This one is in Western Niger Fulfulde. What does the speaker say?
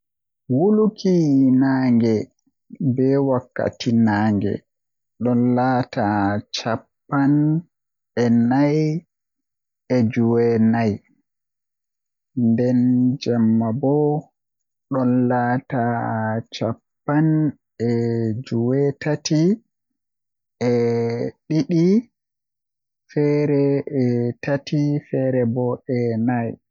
Wuluki nange be wakkati nange don laata caappan e nay e jweenay nden jemma bo don laata cappan e jweetati e didi feere e tati feere e nay.